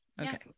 Okay